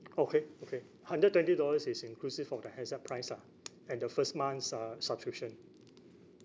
okay okay hundred twenty dollars is inclusive of the handset price lah and the first month's uh subscription